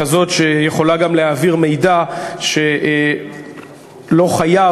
כזאת שיכולה גם להעביר מידע שלא חייב,